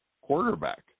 quarterback